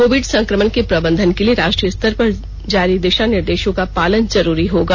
Covid संक्रमण के प्रबंधन के लिए राष्ट्रीय स्तर पर जारी दिशा निर्देशों का पालन जरूरी होगा